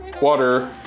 water